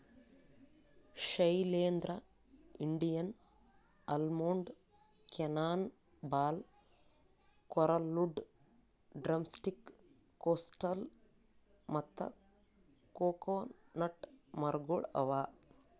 Shailendra, Indian almond, cannon ball, coral wood, drumstick, coastal ಮತ್ತ coconut ಮರಗೊಳ್ ಅವಾ